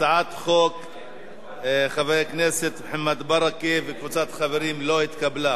הצעת החוק של חבר הכנסת מוחמד ברכה וקבוצת חברים לא התקבלה.